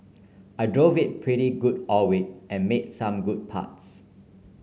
I drove it pretty good all week and made some good putts